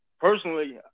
personally